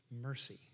Mercy